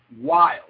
wild